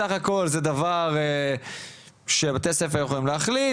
סך הכל זה דבר שבתי הספר יכולים להחליט,